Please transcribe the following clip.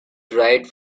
dried